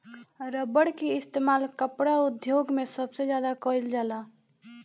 rubber के इस्तेमाल कपड़ा उद्योग मे सबसे ज्यादा कइल जाला